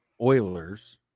Oilers